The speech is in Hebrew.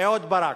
אהוד ברק.